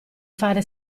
fare